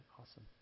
awesome